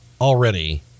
already